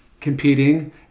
competing